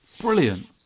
Brilliant